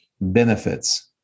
benefits